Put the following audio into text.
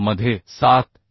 तर मध्ये 7